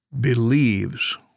believes